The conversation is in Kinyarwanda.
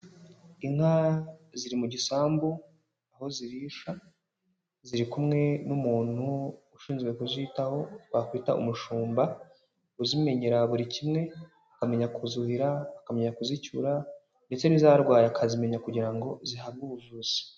Inka ziri mu gisambu, aho zirisha, ziri kumwe n'umuntu ushinzwe kuzitaho, twakwita umushumba, uzimenyera buri kimwe, akamenya kuzuhira, akamenya kuzicyura, ndetse n'izarwaye akazimenya kugira ngo zihabwe ubuvuzi.